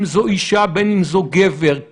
אבל כשזה מגיע לערבי ולפלסטיני אתם פתאום נאלמים דום.